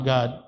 God